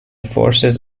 forces